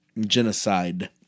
Genocide